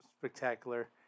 spectacular